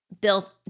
built